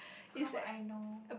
how would I know